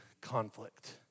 conflict